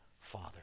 father